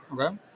okay